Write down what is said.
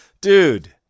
Dude